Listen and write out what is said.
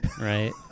Right